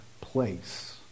place